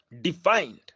defined